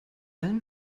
allen